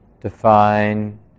define